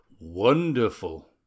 Wonderful